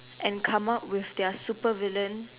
and come up with their supervillain attribute